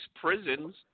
prisons